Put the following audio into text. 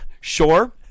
Sure